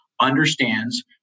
understands